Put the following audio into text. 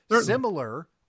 Similar